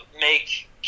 make